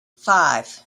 five